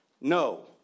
No